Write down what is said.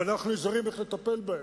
ואנחנו נזהרים, איך לטפל בהם,